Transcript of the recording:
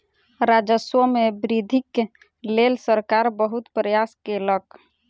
राजस्व मे वृद्धिक लेल सरकार बहुत प्रयास केलक